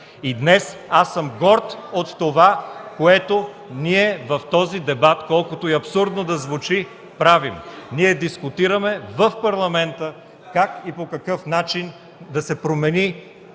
и днес аз съм горд от това, което ние в този дебат, колкото и абсурдно да звучи, правим – дискутираме в Парламента как и по какъв начин да се промени